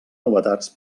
novetats